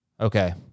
Okay